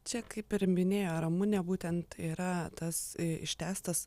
čia kaip ir minėjo ramunė būtent yra tas ištęstas